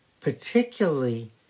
particularly